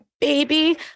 baby